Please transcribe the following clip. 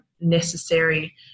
necessary